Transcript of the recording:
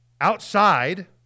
Outside